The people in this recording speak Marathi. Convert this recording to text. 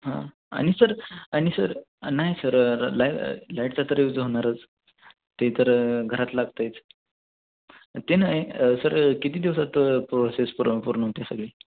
हां आणि सर आणि सर नाही सर लाय लाईटचा तर यूज होणारच ते तर घरात लागतं आहेच ते नाही सर किती दिवसात प्रोसेस पूर् पूर्ण होते सगळी